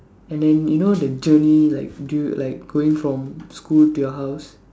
and then you know the journey like dude like going from school to your house